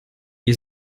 gli